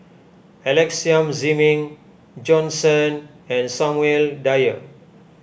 Alex Yam Ziming Jorn Shen and Samuel Dyer